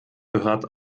gehört